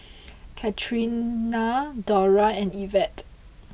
Catrina Dora and Yvette